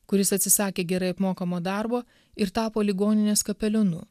kuris atsisakė gerai apmokamo darbo ir tapo ligoninės kapelionu